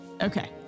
Okay